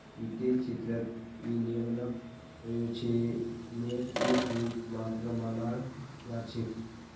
वित्तेर क्षेत्रत विनियमनक पर्यवेक्षनेर एक रूप मात्र मानाल जा छेक